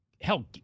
hell